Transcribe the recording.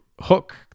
hook